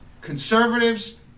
conservatives